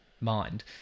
mind